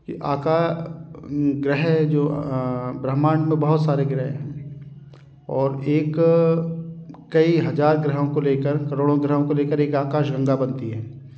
कि आका ग्रह जो ब्रह्मांड मे बहुत सारे ग्रह हैं और एक कई हज़ार ग्रहों को ले कर करोड़ों ग्रहों को ले कर एक आकाश गंगा बनती है